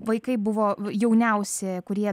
vaikai buvo jauniausi kurie